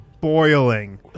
boiling